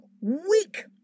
weak